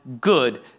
good